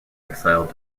exile